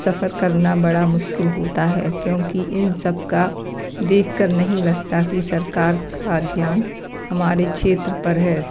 सफ़र करना बड़ा मुश्किल होता है क्योंकि इन सब को देख कर नहीं लगता कि सरकार का ध्यान हमारे क्षेत्र पर है